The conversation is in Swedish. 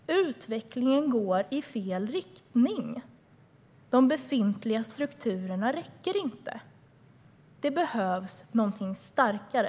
Utvecklingen går i fel riktning. De befintliga strukturerna räcker inte. Det behövs någonting starkare.